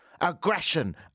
aggression